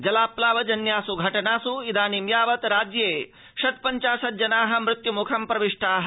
जलाप्लावजन्मास् घटनास् इदानीं यावत् राज्ये षट्पञ्चाशज्जनाः मृत्युम्खं प्रविष्टाः